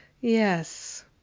yes